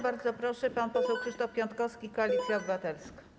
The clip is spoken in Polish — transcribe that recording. Bardzo proszę, pan poseł Krzysztof Piątkowski, Koalicja Obywatelska.